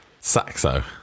Saxo